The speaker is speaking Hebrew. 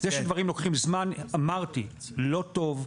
זה שדברים לוקחים זמן אמרתי שזה לא טוב,